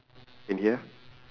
can hear